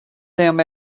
them